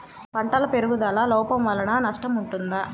పంటల పెరుగుదల లోపం వలన నష్టము ఉంటుందా?